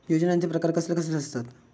योजनांचे प्रकार कसले कसले असतत?